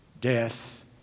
death